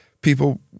people